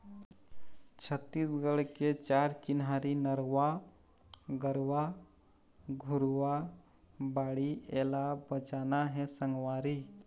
छत्तीसगढ़ के चार चिन्हारी नरूवा, गरूवा, घुरूवा, बाड़ी एला बचाना हे संगवारी